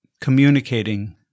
communicating